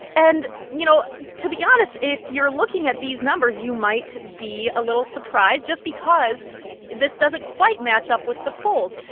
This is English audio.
and, you know, to be honest, if you're looking at these numbers, you might be a little surprised just because this doesn't quite match up with the polls.